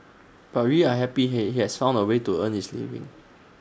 but we are happy he he has found A way to earn his living